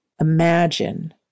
imagine